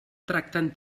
tracten